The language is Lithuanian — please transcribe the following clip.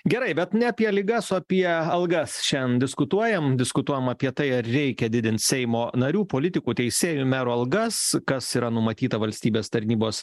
gerai bet ne apie ligas o apie algas šian diskutuojam diskutuojam apie tai ar reikia didint seimo narių politikų teisėjų merų algas kas yra numatyta valstybės tarnybos